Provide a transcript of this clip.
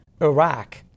Iraq